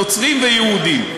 נוצרים ויהודים.